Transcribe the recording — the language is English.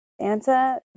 Santa